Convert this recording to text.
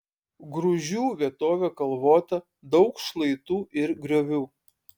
grūžių vietovė kalvota daug šlaitų ir griovių